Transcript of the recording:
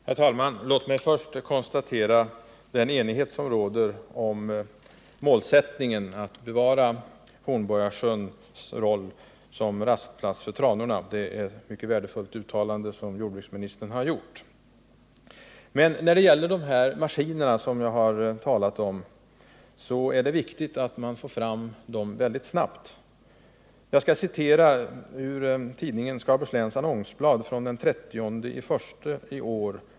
Herr talman! Låt mig först konstatera den enighet som råder om målsättningen att bevara Hornborgasjöns roll som rastplats för tranorna. Det är ett mycket värdefullt uttalande som jordbruksministern har gjort. När det gäller de maskiner jag har talat om är det viktigt att man får fram dem snabbt. Jag skall citera ur Skaraborgs Läns Annonsblad av den 30 januari i år.